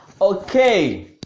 Okay